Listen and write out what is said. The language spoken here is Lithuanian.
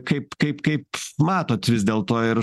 kaip kaip kaip matot vis dėlto ir